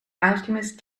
alchemist